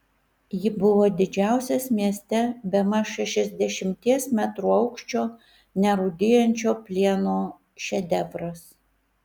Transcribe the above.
ji buvo didžiausias mieste bemaž šešiasdešimties metrų aukščio nerūdijančio plieno šedevras